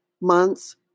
months